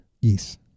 Yes